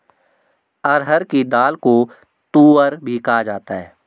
अरहर की दाल को तूअर भी कहा जाता है